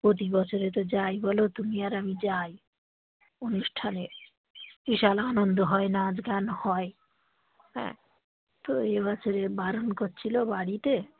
প্রতি বছরে তো যাই বলো তুমি আর আমি যাই অনুষ্ঠানে বিশাল আনন্দ হয় নাচ গান হয় হ্যাঁ তো এ বছরে বারণ করছিলো বাড়িতে